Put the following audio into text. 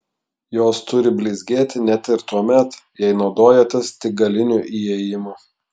jos turi blizgėti net ir tuomet jei naudojatės tik galiniu įėjimu